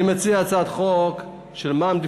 אני מציע הצעת חוק על מע"מ דיפרנציאלי,